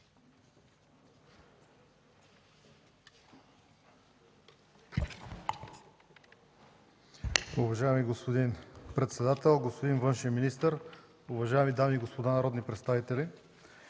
Уважаеми господин председател, господин външен министър, уважаеми дами и господа народни представители!